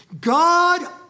God